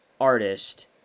artist